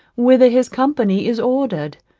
whither his company is ordered.